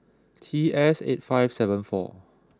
T S eight five seven four